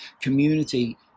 Community